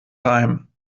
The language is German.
heim